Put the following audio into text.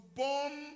born